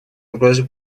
угрозы